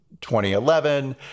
2011